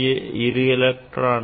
இங்கே இரு எலக்ட்ரான்கள் உள்ளன